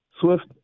Swift